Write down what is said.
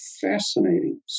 fascinating